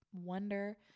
wonder